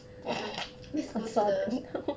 let's go to the